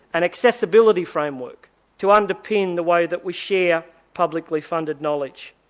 an accessibility framework to underpin the way that we share publicly funded knowledge.